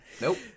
nope